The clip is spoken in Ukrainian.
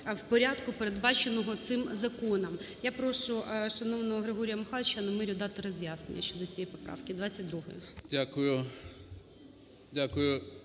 в порядку, передбаченому цим законом. Я прошу шановного Григорія Михайловича Немирю дати роз'яснення щодо цієї поправки 22.